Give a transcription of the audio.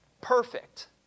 perfect